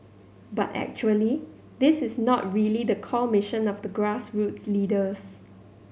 but actually this is not really the core mission of the grassroots leaders